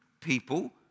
people